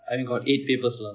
I mean got eight papers lah